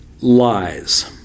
lies